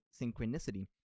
synchronicity